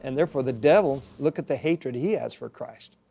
and therefore the devil look at the hatred he has for christ,